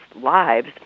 lives